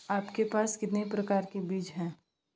आपके पास कितने प्रकार के बीज हैं?